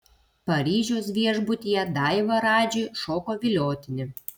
paryžiaus viešbutyje daiva radžiui šoko viliotinį